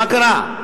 מה קרה?